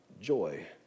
joy